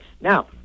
now